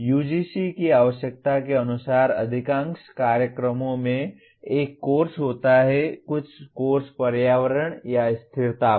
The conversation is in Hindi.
UGC की आवश्यकता के अनुसार अधिकांश कार्यक्रमों में एक कोर्स होता है कुछ कोर्स पर्यावरण या स्थिरता पर